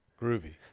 Groovy